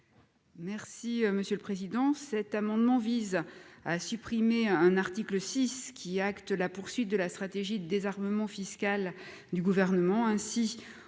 Merci monsieur le Président,